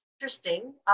interesting